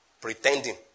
pretending